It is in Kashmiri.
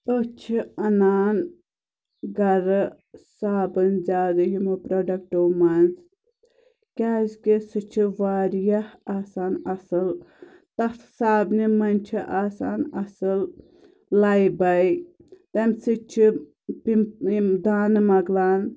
أسۍ چھِ اَنان گَرٕ صابن زیادٕ یِمو پرٛوڈَکٹو منٛز کیٛازِکہِ سُہ چھُ واریاہ آسان اَصٕل تَتھ صابنہِ منٛز چھِ آسان اَصٕل لایباے تَمہِ سۭتۍ چھِ یِم یِم دانہٕ مۄکلان